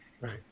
Right